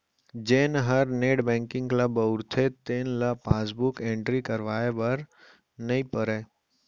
जेन हर net banking ल बउरथे तेन ल पासबुक एंटरी करवाए बर नइ परय